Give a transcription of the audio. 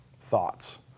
thoughts